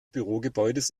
bürogebäudes